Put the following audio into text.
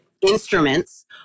instruments